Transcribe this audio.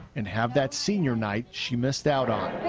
and have that senior night she missed out on.